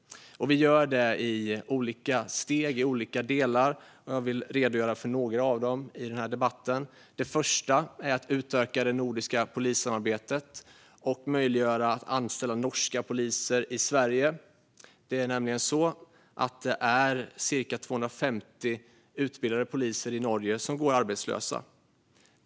Vi gör det i olika steg, olika delar. Jag vill redogöra för några av dem. Det första är att utöka det nordiska polissamarbetet och möjliggöra anställning av norska poliser i Sverige. I Norge är det ca 250 utbildade poliser som går arbetslösa.